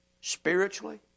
spiritually